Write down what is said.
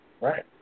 Right